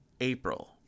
April